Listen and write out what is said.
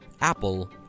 Apple